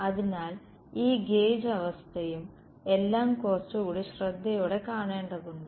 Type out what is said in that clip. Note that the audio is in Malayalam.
അതിനാൽ ഈ ഗേജ് അവസ്ഥയും എല്ലാം കുറച്ചുകൂടി ശ്രദ്ധയോടെ കാണേണ്ടതുണ്ട്